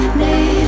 need